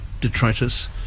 detritus